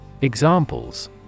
Examples